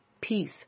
peace